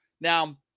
Now